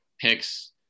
picks